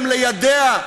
חוקית.